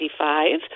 1995